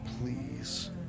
please